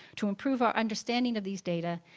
to improve our understanding of these data,